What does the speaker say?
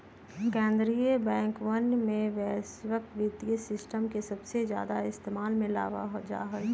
कीन्द्रीय बैंकवन में वैश्विक वित्तीय सिस्टम के सबसे ज्यादा इस्तेमाल में लावल जाहई